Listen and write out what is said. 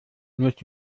mich